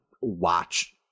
watch